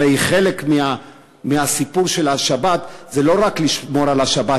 הרי חלק מהסיפור של השבת זה לא רק לשמור על השבת,